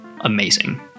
amazing